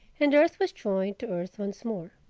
and earth was joined to earth once more.